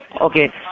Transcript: Okay